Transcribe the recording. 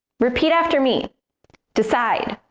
repeat after me decide,